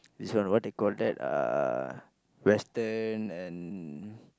this one what they call that uh Western and